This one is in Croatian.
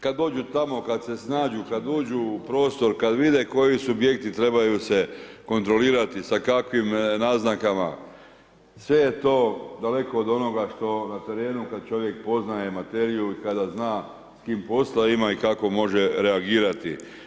Kada dođu tamo, kada se snađu, kada uđu u prostor, kada vide koji subjekti trebaju se kontrolirati sa kakvim naznakama, sve je to daleko od onoga što na terenu kada čovjek poznaje materiju i kada zna s kim posla ima i kako može reagirati.